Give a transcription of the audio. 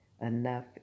enough